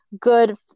good